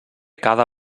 cada